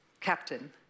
captain